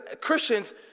Christians